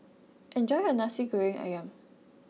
enjoy your Nasi Goreng Ayam